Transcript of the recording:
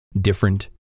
different